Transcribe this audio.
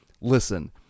listen